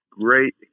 great